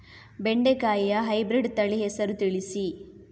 ಬೆಂಡೆಕಾಯಿಯ ಹೈಬ್ರಿಡ್ ತಳಿ ಹೆಸರು ತಿಳಿಸಿ?